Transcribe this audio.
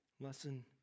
Lesson